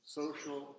social